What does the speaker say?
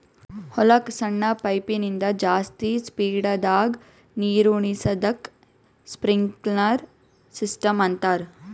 ಹೊಲಕ್ಕ್ ಸಣ್ಣ ಪೈಪಿನಿಂದ ಜಾಸ್ತಿ ಸ್ಪೀಡದಾಗ್ ನೀರುಣಿಸದಕ್ಕ್ ಸ್ಪ್ರಿನ್ಕ್ಲರ್ ಸಿಸ್ಟಮ್ ಅಂತಾರ್